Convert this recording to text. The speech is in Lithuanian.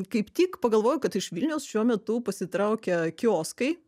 kaip tik pagalvojau kad iš vilniaus šiuo metu pasitraukia kioskai